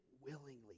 willingly